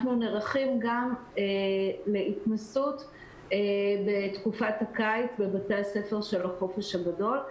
אנחנו נערכים גם להתנסות בתקופת הקיץ בבתי הספר של החופש הגדול,